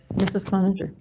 mrs furniture.